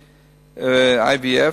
IVF,